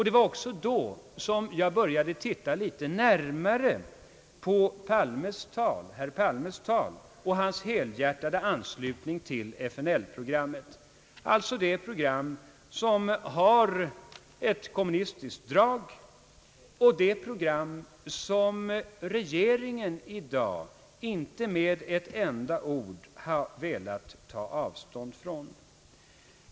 Det var också då som jag började titta litet närmare på herr Palmes tal och hans helhjärtade anslutning till FNL:s program, alltså det program som har ett kommunistiskt drag och som regeringen i dag inte med ett enda ord har velat ta avstånd ifrån.